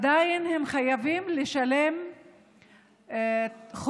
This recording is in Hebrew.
הם עדיין חייבים לשלם חובות